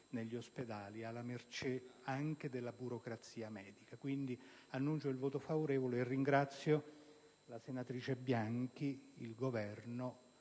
negli ospedali, alla mercé anche della burocrazia medica. Annuncio il voto favorevole e ringrazio la senatrice Bianchi e il Governo;